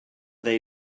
they